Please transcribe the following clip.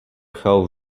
how